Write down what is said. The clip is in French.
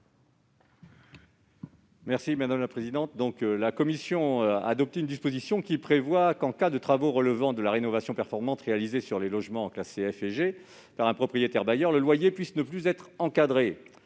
l'amendement n° 1131. La commission a adopté une disposition prévoyant que, en cas de travaux relevant de la rénovation performante réalisés sur des logements classés F et G par un propriétaire bailleur, le loyer puisse ne plus être encadré.